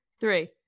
three